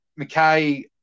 McKay